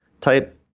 type